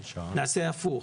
נעשה את זה הפוך,